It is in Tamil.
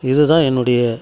இது தான் என்னுடைய